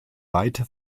weite